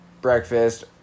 breakfast